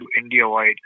India-wide